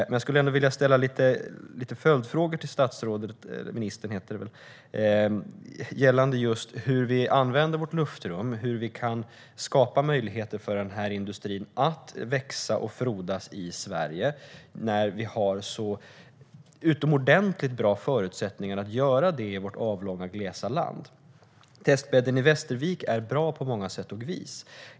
Men jag skulle ändå vilja ställa några följdfrågor till ministern gällande just hur vi använder vårt luftrum och hur vi kan skapa möjligheter för den här industrin att växa och frodas i Sverige när vi har så utomordentligt bra förutsättningar att göra det i vårt avlånga, glesa land. Testbädden i Västervik är bra på många sätt och vis.